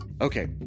Okay